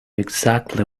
exactly